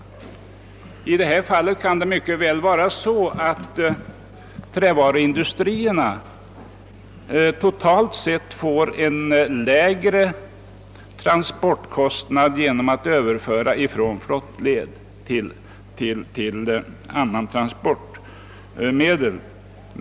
I detta fall kan det mycket väl vara så, att trävaruindustrierna totalt sett får en lägre transportkostnad genom att övergå från flottled till annat transportmedel.